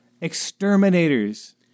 Exterminators